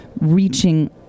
reaching